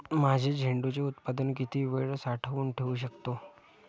माझे झेंडूचे उत्पादन किती वेळ साठवून ठेवू शकतो?